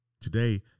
today